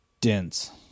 dense